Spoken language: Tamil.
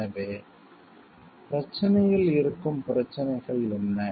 எனவே பிரச்சனையில் இருக்கும் பிரச்சினைகள் என்ன